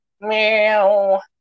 meow